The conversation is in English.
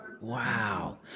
Wow